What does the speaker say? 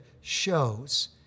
shows